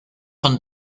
von